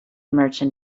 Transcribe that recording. merchant